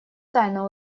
тайна